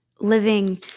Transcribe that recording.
living